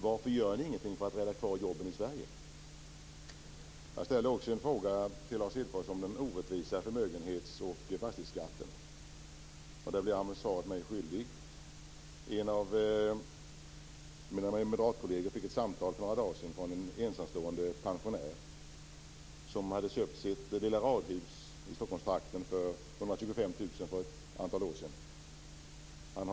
Varför gör ni ingenting för att rädda kvar jobben i Sverige? Jag ställde också en fråga till Lars Hedfors om den orättvisa förmögenhetsskatten och fastighetsskatten, men där blev han mig svaret skyldig. För några dagar sedan fick en av mina moderatkolleger ett samtal från en ensamstående pensionär. 125 000 kr för ett antal år sedan.